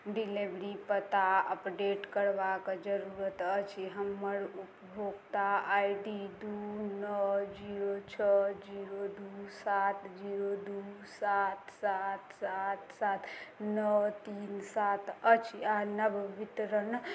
delivery पता update करबाक जरूरत अछि हमर उपभोक्ता आइ डी दू नओ जीरो छओ जीरो दू सात जीरो दू सात सात सात सात नओ तीन सात अछि आ नब वितरण